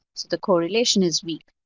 the correlation is weak.